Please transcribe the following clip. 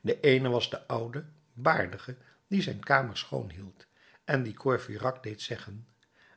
de eene was de oude baardige die zijne kamer schoon hield en die courfeyrac deed zeggen